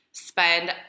Spend